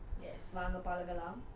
yes வாங்க பழகலாம்:vanga palagalaam